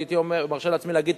אני מרשה לעצמי להגיד,